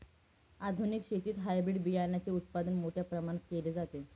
आधुनिक शेतीत हायब्रिड बियाणाचे उत्पादन मोठ्या प्रमाणात केले जाते